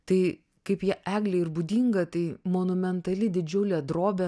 tai kaip jie eglei ir būdinga tai monumentali didžiulė drobė